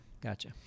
gotcha